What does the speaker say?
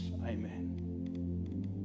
Amen